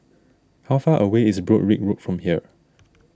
how far away is Broadrick Road from here